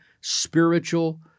spiritual